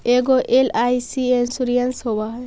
ऐगो LIC insurance होव है?